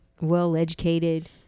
well-educated